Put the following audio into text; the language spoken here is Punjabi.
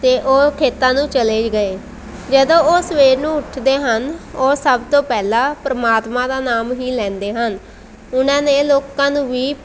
ਅਤੇ ਉਹ ਖੇਤਾਂ ਨੂੰ ਚਲੇ ਗਏ ਜਦੋਂ ਉਹ ਸਵੇਰ ਨੂੰ ਉੱਠਦੇ ਹਨ ਉਹ ਸਭ ਤੋਂ ਪਹਿਲਾਂ ਪ੍ਰਮਾਤਮਾ ਦਾ ਨਾਮ ਹੀ ਲੈਂਦੇ ਹਨ ਉਹਨਾਂ ਨੇ ਲੋਕਾਂ ਨੂੰ ਵੀ